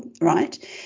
right –